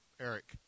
Eric